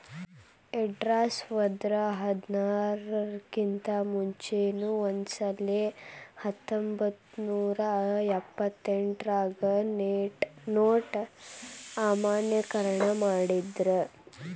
ಎರ್ಡ್ಸಾವರ್ದಾ ಹದ್ನಾರರ್ ಕಿಂತಾ ಮುಂಚೆನೂ ಒಂದಸಲೆ ಹತ್ತೊಂಬತ್ನೂರಾ ಎಪ್ಪತ್ತೆಂಟ್ರಾಗ ನೊಟ್ ಅಮಾನ್ಯೇಕರಣ ಮಾಡಿದ್ರು